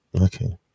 Okay